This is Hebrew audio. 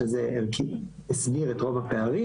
שזה הסביר את רוב הפערים,